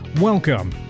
Welcome